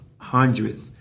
hundreds